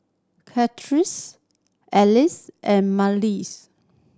Alois and Mallies